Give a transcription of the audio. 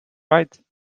right